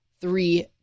three